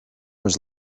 was